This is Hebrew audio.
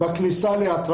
כי זה נושא התו הירוק,